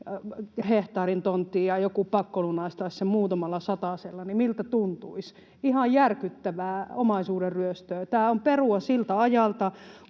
hehtaarin tontti ja joku pakkolunastaisi sen muutamalla satasella, niin miltä tuntuisi — ihan järkyttävää omaisuuden ryöstöä. Tämä on perua siltä ajalta,